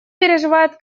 переживает